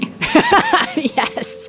Yes